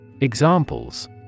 Examples